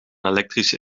elektrische